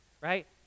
right